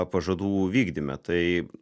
pažadų vykdyme tai